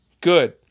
Good